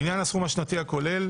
לעניין הסכום השנתי הכולל,